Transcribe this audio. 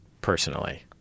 personally